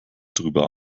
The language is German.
darüber